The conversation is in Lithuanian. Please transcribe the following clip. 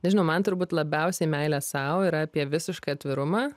nežinau man turbūt labiausiai meilė sau yra apie visišką atvirumą